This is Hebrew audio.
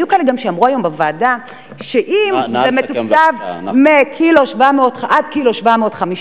היו כאן גם שאמרו היום בוועדה שאם זה מתוקצב עד 1.750 ק"ג,